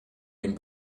den